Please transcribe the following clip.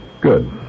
Good